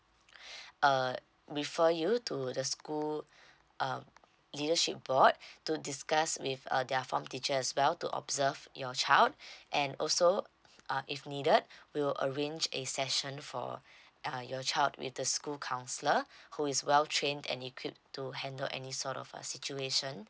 uh refer you to the school um leadership board to discuss with uh their form teacher as well to observe your child and also uh if needed we will arrange a session for uh your child with the school counsellor who is well trained and equipped to handle any sort of a situation